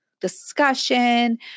discussion